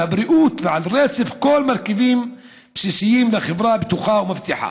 על הבריאות ועל רצף כל המרכיבים הבסיסיים לחברה בטוחה ומבטיחה.